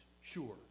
Sure